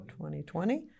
2020